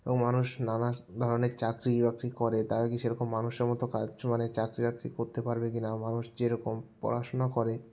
ও মানুষ নানা ধরনের চাকরিবাকরি করে তারা কি সেরকম মানুষের মতো কাজ মানে চাকরিবাকরি করতে পারবে কিনা মানুষ যেরকম পড়াশোনা করে